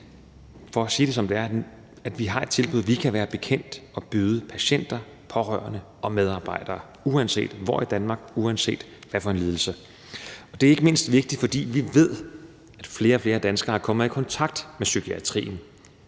for at sige det, som det er, har et tilbud, vi kan være bekendt at byde patienter, pårørende og medarbejdere, uanset hvor i Danmark, uanset hvilken lidelse. Det er ikke mindst vigtigt, fordi vi ved, at flere og flere danskere kommer i kontakt med psykiatrien,